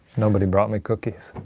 nobody brought me cookies.